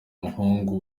umuhungu